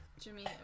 Jimmy